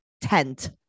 tent